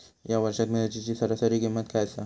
या वर्षात मिरचीची सरासरी किंमत काय आसा?